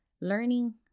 learning